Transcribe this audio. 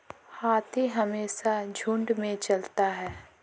हाथी हमेशा झुंड में चलता है